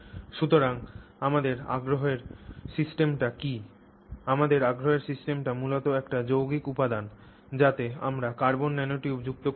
সুতরাং আমাদের আগ্রহের সিস্টেমটি কী আমাদের আগ্রহের সিস্টেমটি মূলত একটি যৌগিক উপাদান যাতে আমরা কার্বন ন্যানোটিউব যুক্ত করেছি